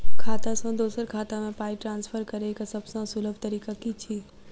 खाता सँ दोसर खाता मे पाई ट्रान्सफर करैक सभसँ सुलभ तरीका की छी?